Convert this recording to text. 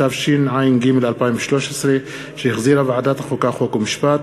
התשע"ג 2013, הצעת חוק-יסוד: